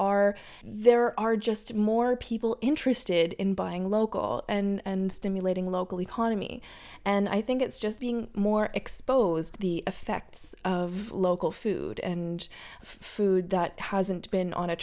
are there are just more people interested in buying local and stimulating local economy and i think it's just being more exposed to the effects of local food and food that hasn't been on a